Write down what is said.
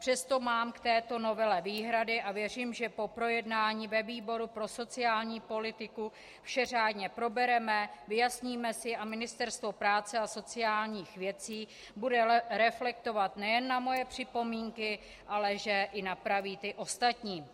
Přesto mám k této novele výhrady a věřím, že po projednání ve výboru pro sociální politiku vše řádně probereme, vyjasníme si a Ministerstvo práce a sociálních věcí bude reflektovat nejen na moje připomínku, ale že i napraví ostatní.